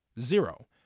Zero